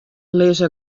lizze